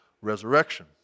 resurrection